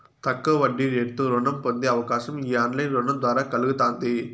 తక్కువ వడ్డీరేటుతో రుణం పొందే అవకాశం ఈ ఆన్లైన్ రుణం ద్వారా కల్గతాంది